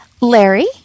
Larry